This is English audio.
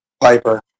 Piper